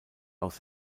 aus